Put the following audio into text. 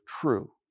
true